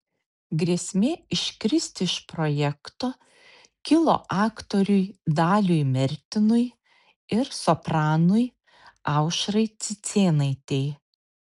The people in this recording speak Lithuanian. grėsmė iškristi iš projekto kilo aktoriui daliui mertinui ir sopranui aušrai cicėnaitei